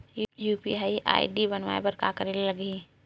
UPI ID बनाये बर का करे ल लगही?